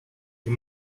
the